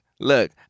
Look